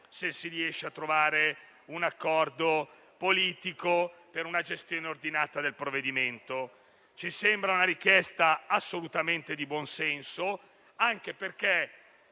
se si riesce a trovare un accordo politico, per una gestione ordinata del provvedimento. Ci sembra una richiesta assolutamente di buon senso, anche perché